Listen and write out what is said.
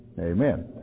Amen